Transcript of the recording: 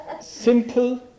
simple